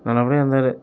நல்லபடியாக வந்தார்